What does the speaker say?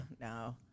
No